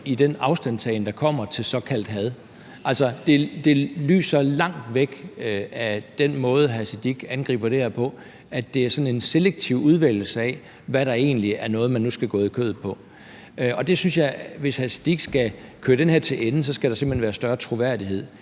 i den afstandtagen, der kommer, til såkaldt had. Altså, det lyser langt væk – den måde, hr. Sikandar Siddique angriber det her på – af, at det er sådan en selektiv udvælgelse af, hvad der egentlig er noget, man nu skal gå i kødet på. Og jeg synes, at hvis hr. Sikandar Siddique skal køre den her til ende, skal der simpelt hen være større troværdighed